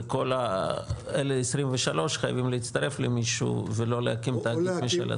וכל ה-23 האלה חייבות להצטרף למישהו ולא להקים תאגיד משל עצמן.